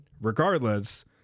regardless